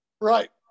Right